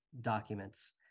documents